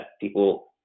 people